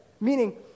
Meaning